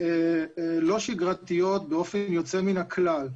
לא שגרתיות באופן יוצא מן הכלל.